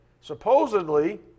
supposedly